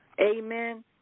Amen